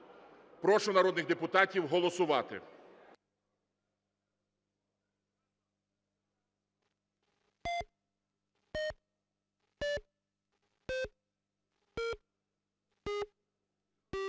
Прошу народних депутатів голосувати.